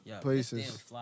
places